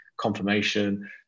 confirmation